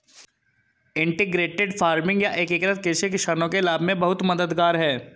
integrated farming या एकीकृत कृषि किसानों के लाभ में बहुत मददगार है